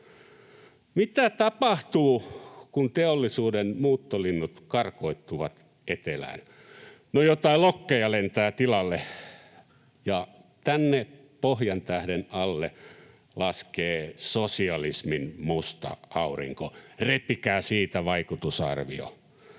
Mitä tapahtuu, kun teollisuuden muuttolinnut karkottuvat etelään? No, jotain lokkeja lentää tilalle, ja tänne Pohjantähden alle laskee sosialismin musta aurinko. Repikää siitä vaikutusarvio.